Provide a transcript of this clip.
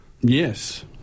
Yes